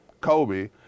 Kobe